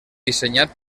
dissenyat